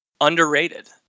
Underrated